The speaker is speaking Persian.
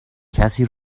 کسی